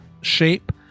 shape